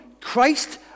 Christ